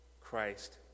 Christ